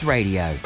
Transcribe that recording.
Radio